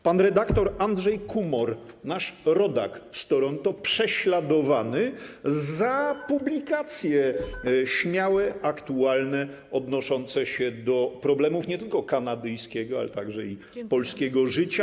Pan redaktor Andrzej Kumor, nasz rodak z Toronto, prześladowany za publikacje śmiałe, aktualne, odnoszące się do problemów nie tylko kanadyjskiego, ale także i polskiego życia.